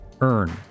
earn